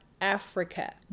Africa